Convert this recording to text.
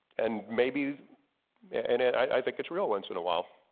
and maybe and i think it's real once in a while.